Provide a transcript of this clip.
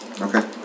Okay